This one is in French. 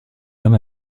homme